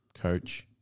coach